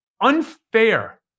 unfair